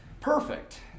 perfect